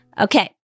Okay